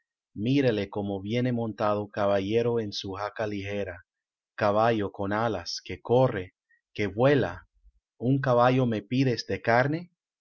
mírale como viene montado caballero en su jaca lijera caballo con alas que corre que vuela un caballo me pides de carne